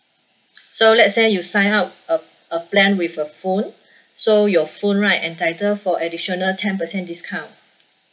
so let's say you sign up a a plan with a phone so your phone right entitle for additional ten percent discount